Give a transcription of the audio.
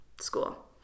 school